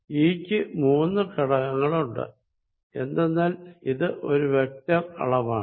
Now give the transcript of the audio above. E ക്ക് മൂന്ന് ഘടകങ്ങൾ ഉണ്ട് എന്തെന്നാൽ ഇത് ഒരു വെക്ടർ അളവാണ്